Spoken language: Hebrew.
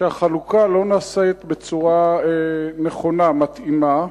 שהחלוקה לא נעשית בצורה נכונה, מתאימה,